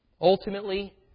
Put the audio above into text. Ultimately